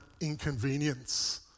inconvenience